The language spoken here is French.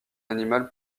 animal